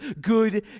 good